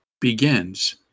begins